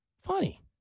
Funny